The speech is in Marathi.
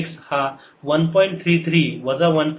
33 वजा 1